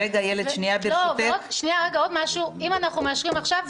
אם אנחנו מאשרים עכשיו,